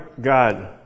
God